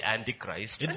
Antichrist